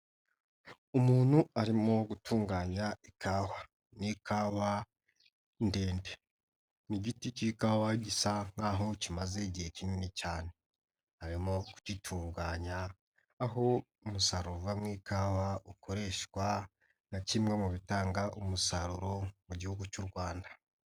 Umuntu arimo gutunganya ikawa, ni ikawa ndende, ni igiti k'ikawa gisa nk'aho kimaze igihe kinini cyane, arimo kugitunganya aho umusaruro uva mu ikawa ukoreshwa nka kimwe mu bitanga umusaruro mu Gihugu cy'u Rwanda.